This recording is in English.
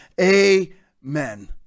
Amen